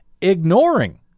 ignoring